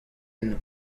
enno